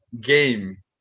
game